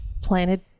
planted